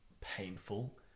painful